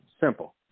Simple